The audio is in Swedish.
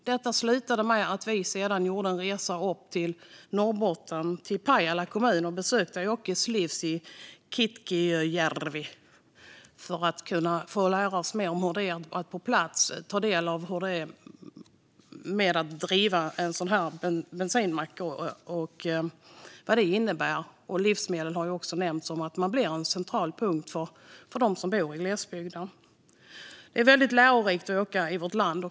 Detta slutade med att vi sedan gjorde en resa upp till Pajala kommun i Norrbotten och besökte Åkes livs i Kitkiöjärvi för att på plats få ta del av hur det är att driva en sådan bensinmack. Det har ju också nämnts att livsmedel gör att man blir en central punkt för dem som bor i glesbygden. Det är väldigt lärorikt att resa i vårt land.